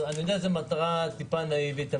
אני יודע שזו מטרה טיפה נאיבית.